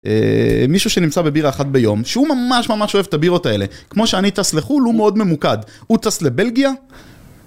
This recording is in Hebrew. מישהו שנמצא בבירה אחת ביום, שהוא ממש ממש אוהב את הבירות האלה, כמו שאני טס לחו"ל הוא מאוד ממוקד, הוא טס לבלגיה